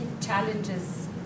challenges